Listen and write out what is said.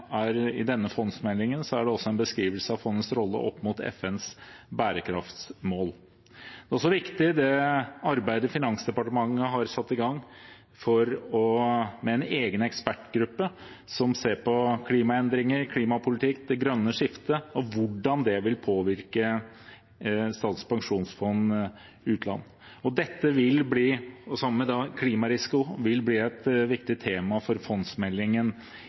er en beskrivelse av fondets rolle opp mot FNs bærekraftsmål. Det er også viktig det arbeidet Finansdepartementet har satt i gang, med en egen ekspertgruppe som ser på klimaendringer, klimapolitikk, det grønne skiftet og hvordan det vil påvirke Statens pensjonsfond utland. Dette vil, sammen med klimarisiko, bli et viktig tema for fondsmeldingen